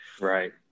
Right